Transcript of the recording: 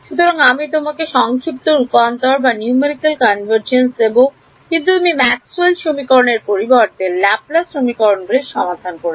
সুতরাং আমি তোমাকে সংক্ষিপ্ত রূপান্তর দেব কিন্তু তুমি ম্যাক্সওয়েলের সমীকরণ Maxwell's Equation এর পরিবর্তে ল্যাপ্লেস সমীকরণ গুলির সমাধান করেছ